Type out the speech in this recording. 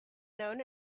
known